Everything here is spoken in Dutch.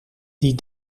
die